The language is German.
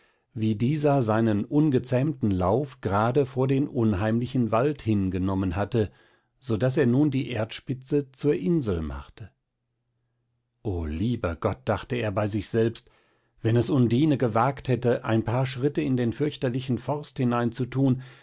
wie dieser seinen ungezähmten lauf grade vor den unheimlichen wald hin genommen hatte so daß er nun die erdspitze zur insel machte o lieber gott dachte er bei sich selbst wenn es undine gewagt hätte ein paar schritte in den fürchterlichen forst hinein zu tun